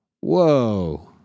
Whoa